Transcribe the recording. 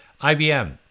IBM